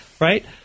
right